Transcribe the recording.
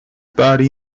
باری